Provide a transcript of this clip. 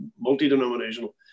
multi-denominational